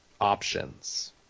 options